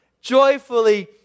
joyfully